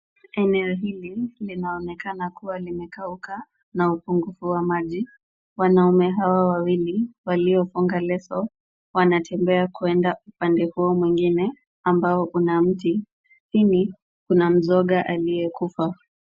Eneo hili linaonekana kuwa limekauka na upungufu wa maji. Wanaume hawa wawili waliofunga leso wanatembea kuenda upande huo mwingine ambao una mti. Chini kuna mzoga aliyekufa.